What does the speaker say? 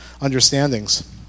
understandings